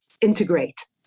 integrate